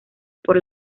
por